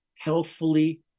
healthfully